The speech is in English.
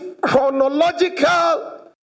chronological